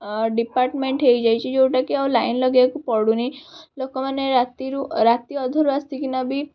department ହୋଇଯାଇଛି ଯେଉଁଟାକି ଆଉ ଲାଇନ୍ ଲଗାଇବାକୁ ପଡ଼ୁନି ଲୋକମାନେ ରାତିରୁ ରାତି ଅଧରୁ ଆସିକିନା ବି